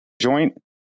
joint